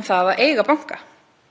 en að eiga banka,